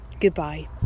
Goodbye